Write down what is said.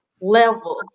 levels